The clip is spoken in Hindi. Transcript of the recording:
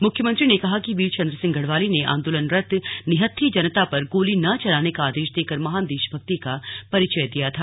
मुख्यमंत्री ने कहा की वीर चन्द्र सिंह गढ़वाली ने आन्दोलनरत निहत्थी जनता पर गोली न चलाने का आदेश देकर महान देशभक्ति का परिचय दिया था